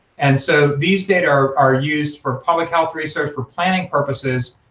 and so these data are are used for public health research for planning purposes,